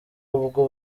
ubwo